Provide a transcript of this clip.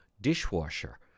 dishwasher